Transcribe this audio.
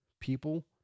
people